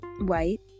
white